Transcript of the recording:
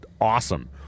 awesome